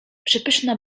przepyszna